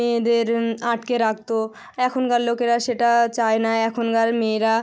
মেয়েদের আটকে রাখতো এখনকার লোকেরা সেটা চায় না এখনকার মেয়েরা